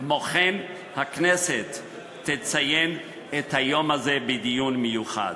כמו כן, הכנסת תציין את היום הזה בדיון מיוחד.